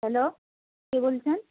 hello কে বলছেন